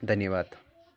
धन्यवाद